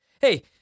Hey